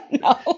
no